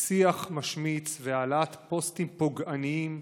שיח משמיץ והעלאת פוסטים פוגעניים,